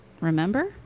remember